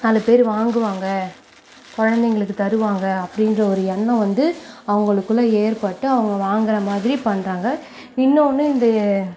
நாலு பேர் வாங்குவாங்க குழந்தைங்களுக்கு தருவாங்க அப்படின்ற ஒரு எண்ணம் வந்து அவங்களுக்குள்ள ஏற்பட்டு அவங்க வாங்குகிறமாதிரி பண்றாங்க இன்னொன்று இந்த